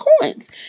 coins